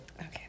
Okay